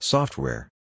Software